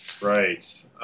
Right